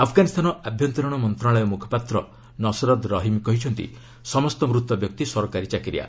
ଆଫ୍ଗାନିସ୍ତାନ ଆଭ୍ୟନ୍ତରୀଣ ମନ୍ତ୍ରଣାଳୟ ମୁଖପାତ୍ର ନସରଦ୍ ରହିମ୍ କହିଛନ୍ତି ସମସ୍ତ ମୃତ ବ୍ୟକ୍ତି ସରକାରୀ ଚାକିରିଆ